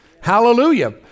Hallelujah